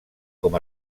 com